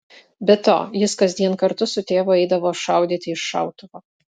be to jis kasdien kartu su tėvu eidavo šaudyti iš šautuvo